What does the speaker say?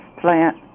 plant